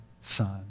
son